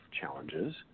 challenges